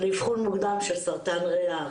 הסקר ואבחון מוקדם של סרטן ריאה.